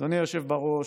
אדוני היושב בראש,